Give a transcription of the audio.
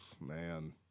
Man